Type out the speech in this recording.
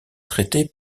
traitée